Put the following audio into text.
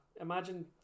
Imagine